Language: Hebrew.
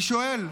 אני שואל.